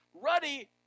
ruddy